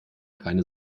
keine